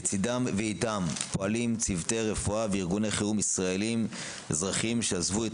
לצדם ואיתם פועלים צוותי רפואה וארגוני חירום ישראלים אזרחיים שעזבו את